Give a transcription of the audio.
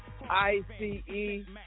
I-C-E